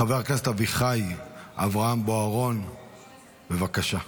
חבר הכנסת אביחי אברהם בוארון, בבקשה.